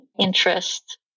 interest